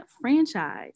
franchise